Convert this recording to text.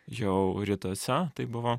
jau rytuose tai buvo